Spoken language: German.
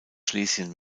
schlesien